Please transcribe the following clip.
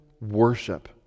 worship